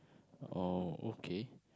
oh okay